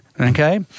Okay